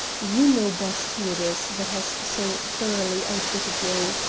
you know best who it is that has so thoroughly outwitted you.